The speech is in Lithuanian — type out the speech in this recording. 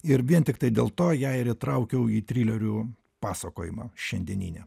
ir vien tiktai dėl to ją ir įtraukiau į trilerių pasakojimą šiandieninį